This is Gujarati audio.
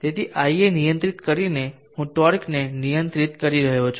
તેથી Ia નિયંત્રિત કરીને હું ટોર્કને નિયંત્રિત કરી રહ્યો છું